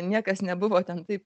niekas nebuvo ten taip